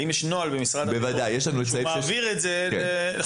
האם יש נוהל במשרד החינוך שמעביר את זה למשטרה?